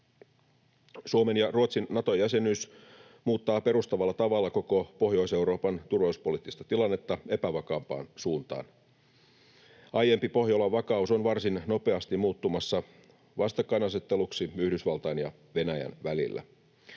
Suomen ja Ruotsin Nato-jäsenyys muuttaa perustavalla tavalla koko Pohjois-Euroopan turvallisuuspoliittista tilannetta epävakaampaan suuntaan. Aiempi Pohjolan vakaus on varsin nopeasti muuttumassa vastakkainasetteluksi Yhdysvaltain ja Venäjän välillä.